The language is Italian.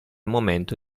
momento